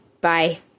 Bye